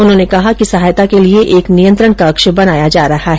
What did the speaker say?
उन्होंने कहा कि सहायता के लिए एक नियंत्रण कक्ष बनाया जा रहा है